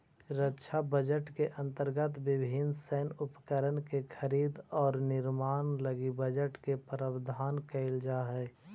रक्षा बजट के अंतर्गत विभिन्न सैन्य उपकरण के खरीद औउर निर्माण लगी बजट के प्रावधान कईल जाऽ हई